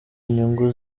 inyungu